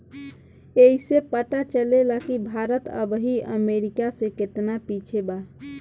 ऐइसे पता चलेला कि भारत अबही अमेरीका से केतना पिछे बा